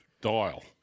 dial